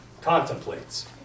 contemplates